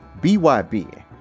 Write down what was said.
BYB